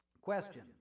question